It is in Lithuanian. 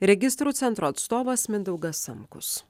registrų centro atstovas mindaugas samkus